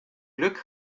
glück